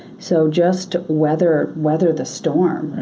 so just weather weather the storm.